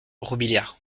robiliard